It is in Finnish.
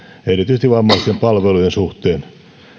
erityisesti vammaisten palvelujen suhteen